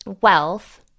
wealth